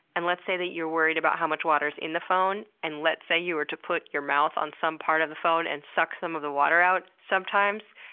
and let's say that you're worried about how much water is in the phone, and let's say you were to put your mouth on some part of the phone and suck some of the water out. sometimes,